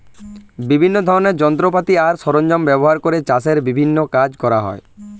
বিভিন্ন ধরনের যন্ত্রপাতি আর সরঞ্জাম ব্যবহার করে চাষের বিভিন্ন কাজ করা হয়